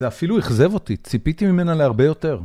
זה אפילו אכזב אותי, ציפיתי ממנה להרבה יותר.